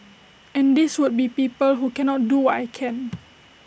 and these would be people who cannot do what I can